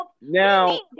Now